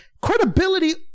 Credibility